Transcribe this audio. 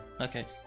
Okay